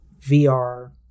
VR